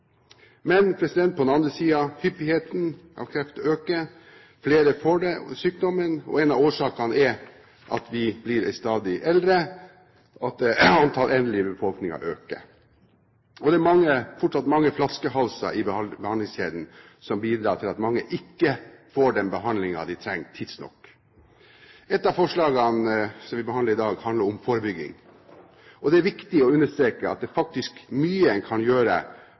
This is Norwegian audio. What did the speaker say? Men på den andre siden: Hyppigheten av kreft øker, flere får sykdommen, og en av årsakene er at vi blir stadig eldre, og at antall eldre i befolkningen øker. Det er fortsatt mange flaskehalser i behandlingskjeden som bidrar til at mange ikke får den behandlingen de trenger, tidsnok. Et av forslagene som vi behandler i dag, handler om forebygging. Det er viktig å understreke at det faktisk er mye en kan gjøre